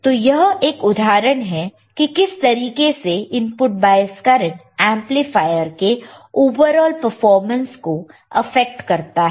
तो यह एक उदाहरण है कि किस तरीके से इनपुट बायस करंट एंपलीफायर के ओवरऑल परफॉर्मेंस को अफेक्ट करता है